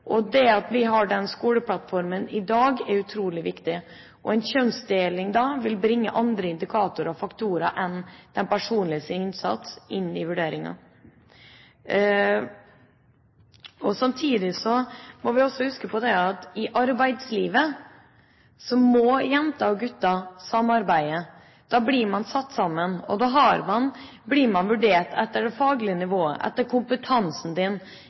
ting. Det at vi har den skoleplattformen i dag, er utrolig viktig, og en kjønnsdeling da vil bringe andre indikatorer og faktorer enn den personlige innsats inn i vurderingen. Samtidig må vi huske på at i arbeidslivet må jenter og gutter samarbeide. Da blir man satt sammen, og da blir man vurdert etter det faglige nivået – etter kompetansen